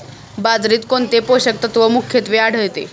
बाजरीत कोणते पोषक तत्व मुख्यत्वे आढळते?